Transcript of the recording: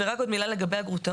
רק עוד מילה לגבי הגרוטאות.